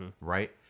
right